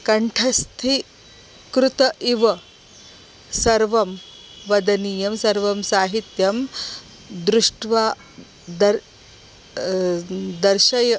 कण्ठस्थीकृतम् इव सर्वं वदनीयं सर्वं साहित्यं दृष्ट्वा दर्शनं दर्शय